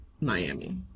Miami